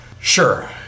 sure